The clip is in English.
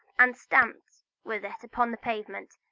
and stamping with it upon the pavement,